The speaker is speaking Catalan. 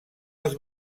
els